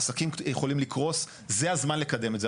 עסקים יכולים לקרוס, זה הזמן לקדם את זה.